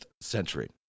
century